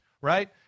right